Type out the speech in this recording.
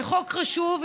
זה חוק חשוב,